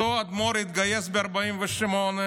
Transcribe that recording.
אותו אדמו"ר התגייס ב-1948,